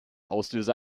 auslöser